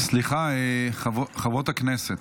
סליחה, חברות הכנסת,